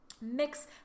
mix